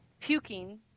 puking